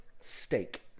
steak